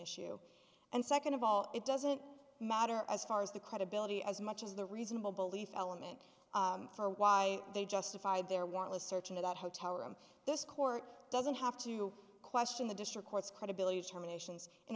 issue and second of all it doesn't matter as far as the credibility as much as the reasonable belief element for why they justified their warrantless search into that hotel room this court doesn't have to question the district court's credibility terminations in